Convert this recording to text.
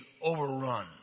overrun